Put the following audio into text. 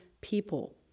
people